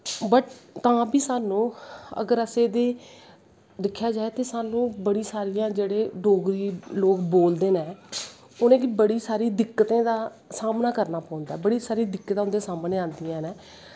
but तां बी साह्नू अस एह्दे दिक्खेआ जाए ते साह्नू बड़े सारी डोगरी लोग बोलदे नै उनेंगी बड़ी सारी दिक्कतें दा सामना करना पौंदा ऐ बड़ी सारी दिक्कतां उंदे सामनें आंदियां नै